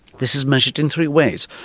this is measured in three ways.